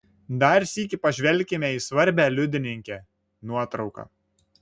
dar sykį pažvelkime į svarbią liudininkę nuotrauką